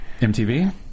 MTV